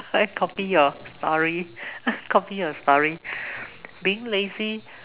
can I copy your story copy your story being lazy